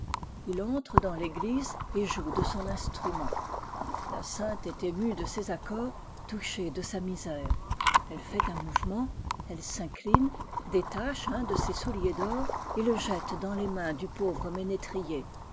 il entre dans l'église et joue de son instrument la sainte est émue de ses accords touchée de sa misère elle fait un mouvement elle s'incline détache un de ses souliers d'or et le jette dans les mains lu pauvre ménétrier